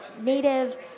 native